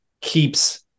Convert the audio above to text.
keeps